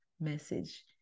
message